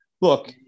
Look